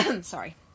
sorry